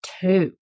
two